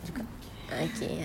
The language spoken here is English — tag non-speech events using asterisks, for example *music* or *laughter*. okay *noise*